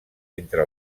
entre